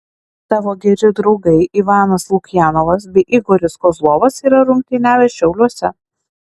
tavo geri draugai ivanas lukjanovas bei igoris kozlovas yra rungtyniavę šiauliuose